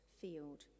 field